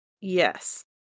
Yes